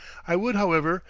i would, however,